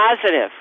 positive